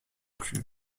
plus